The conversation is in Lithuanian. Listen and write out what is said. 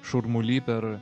šurmuly per